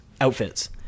outfits